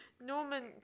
Norman